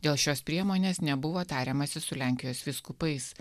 dėl šios priemonės nebuvo tariamasi su lenkijos vyskupais